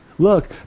Look